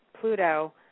Pluto